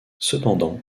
cependant